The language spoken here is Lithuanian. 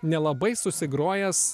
nelabai susigrojęs